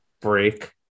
break